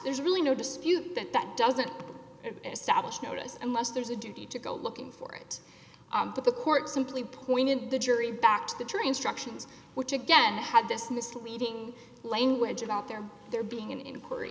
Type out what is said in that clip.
there's really no dispute that that doesn't establish notice unless there's a duty to go looking for it but the court simply pointed the jury back to the tree instructions which again had this misleading language about their their being an inquiry